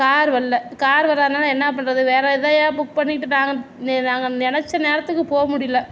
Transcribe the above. car வரல இப்போ car வராததினால என்ன பண்றது வேறே எதையா புக் பண்ணிட்டு நாங்கள் நாங்கள் நினச்ச நேரத்துக்கு போக முடிலை